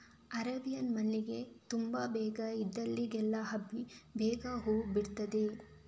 Arabian ಮಲ್ಲಿಗೆ ತುಂಬಾ ಬೇಗ ಇದ್ದಲ್ಲಿಗೆಲ್ಲ ಹಬ್ಬಿ ಬೇಗ ಹೂ ಬಿಡ್ತದೆ